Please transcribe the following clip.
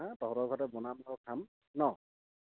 হাঁ তহঁতৰ ঘৰতে বনাম আৰু খাম ন